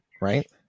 right